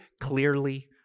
clearly